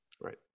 Right